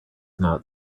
not